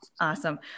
awesome